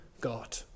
God